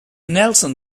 nelson